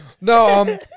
No